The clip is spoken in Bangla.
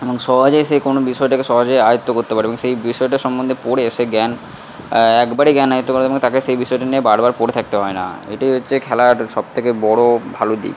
এবং সহজে সে কোনো বিষয়টাকে সহজেই আয়ত্ত করতে পারে এবং সেই বিষয়টা সম্বন্ধে পড়ে সে জ্ঞান একবারে জ্ঞান আয়ত্ত করে এবং তাকে সেই বিষয়টা নিয়ে বারবার পড়ে থাকতে হয় না এটাই হচ্ছে খেলার সবথেকে বড় ভালো দিক